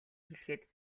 хэлэхэд